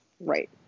Right